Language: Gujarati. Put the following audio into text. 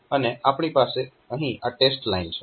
અને આપણી પાસે અહીં આ ટેસ્ટ લાઇન છે